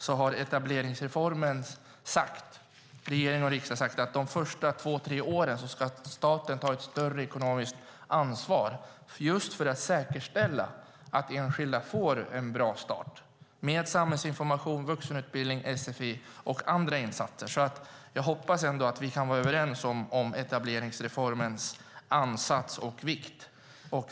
Vi har från utskottets sida gjort inspel till regeringen, och regering och riksdag har sagt om etableringsreformen att de två tre första åren ska staten ta ett större ekonomiskt ansvar just för att säkerställa att enskilda får en bra start med samhällsinformation, vuxenutbildning, sfi och andra insatser. Jag hoppas att vi kan vara överens om etableringsreformens ansats och vikt.